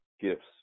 gifts